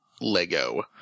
Lego